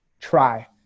try